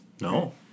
No